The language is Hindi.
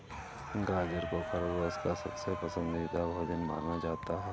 गाजर को खरगोश का सबसे पसन्दीदा भोजन माना जाता है